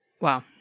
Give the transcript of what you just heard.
Wow